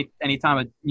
anytime